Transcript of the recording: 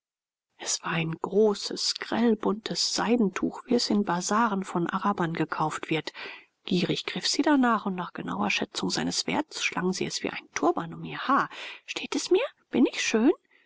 es war ein großes grellbuntes seidentuch wie es in bazaren von arabern gekauft wird gierig griff sie danach und nach genauer schätzung seines werts schlang sie es wie einen turban um ihr haar steht es mir bin ich schön